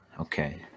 Okay